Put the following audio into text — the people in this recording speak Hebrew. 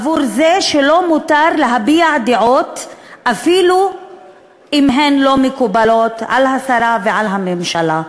עבור זה שלא מותר להביע דעות אם הן לא מקובלות על השרה ועל הממשלה.